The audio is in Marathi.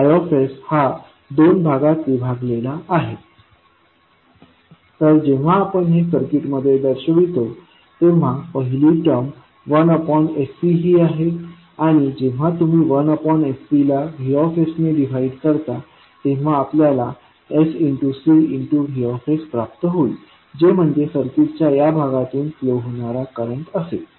I हा दोन भागांत विभागला आहे तर जेव्हा आपण हे सर्किटमध्ये दर्शवितो तेव्हा पहिली टर्म 1sC ही आहे आणि जेव्हा तुम्ही 1sC ला V ने डिव्हाइड करता तेव्हा आपल्याला sCV प्राप्त होईल जे म्हणजे सर्किटच्या या भागातून फ्लो होणारा करंट असेल